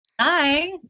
Hi